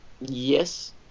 Yes